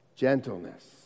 Gentleness